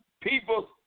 People